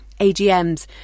AGMs